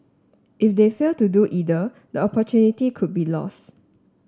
if they fail to do either the opportunity could be lost